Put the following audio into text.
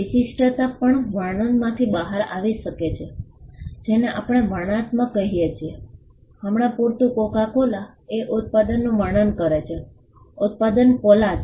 વિશિષ્ટતા પણ વર્ણનમાંથી બહાર આવી શકે છે જેને આપણે વર્ણનાત્મક કહીએ છીએ હમણાં પૂરતું કોકા કોલા એ ઉત્પાદનનું વર્ણન કરે છે ઉત્પાદન કોલા છે